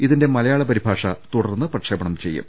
ഇതിന്റെ മല യാള പരിഭാഷ തുടർന്ന് പ്രക്ഷേപണം ചെയ്യും